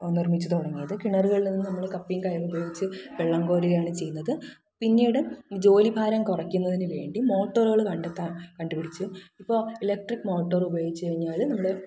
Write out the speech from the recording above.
നിര്മിച്ചു തുടങ്ങിയത് കിണറുകളിൽ നിന്ന് നമ്മൾ കപ്പിയും കയറും ഉപയോഗിച്ച് വെള്ളം കോരുകയാണ് ചെയ്യുന്നത് പിന്നീട് ജോലിഭാരം കുറക്കുന്നതിന് വേണ്ടി മോട്ടോറുകൾ കണ്ടെത്താന് കണ്ടുപിടിച്ചു ഇപ്പോൾ ഇലക്ട്രിക്ക് മോട്ടോർ ഉപയോഗിച്ചു കഴിഞ്ഞാൽ നമ്മൾ